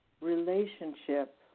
relationship